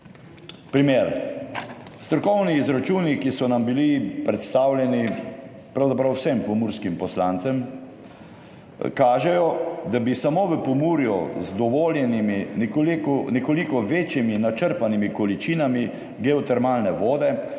Primer. Strokovni izračuni, ki so nam bili predstavljeni pravzaprav vsem pomurskim poslancem, kažejo, da bi samo v Pomurju z dovoljenimi, nekoliko večjimi načrpanimi količinami geotermalne vode